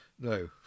No